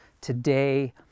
today